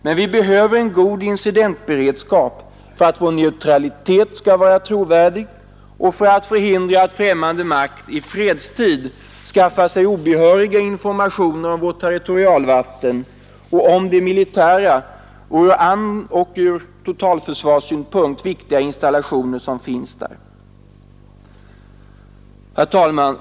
Men vi behöver en god incidentberedskap för att vår neutralitet skall vara trovärdig och för att förhindra att främmande makt i fredstid skaffar sig obehöriga informationer om vårt territorialvatten, om de militära och ur totalförsvarssynpunkt viktiga installationer som finns där. Herr talman!